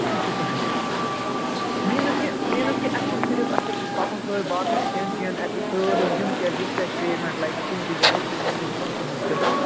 سُہ تہِ چھُ تُہنٛدٕے حظ میٖنٕز کہ میٖنٕز کہِ اسہِ چھُ صِرِف اسہِ چھُ پَکُن سۭتۍ باقٕے کھیٚن چیٚن ایٚکو سٲلِم یِم تہِ اسہِ یُس تہِ اسہِ پیمیٚنٛٹ لَگہِ کُنہِ تہِ جایہِ سُہ چھِ تُہنٛز بلکل